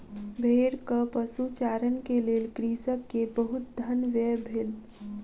भेड़क पशुचारण के लेल कृषक के बहुत धन व्यय भेल